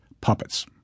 puppets